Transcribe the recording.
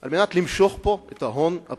על מנת למשוך את ההון הפרטי.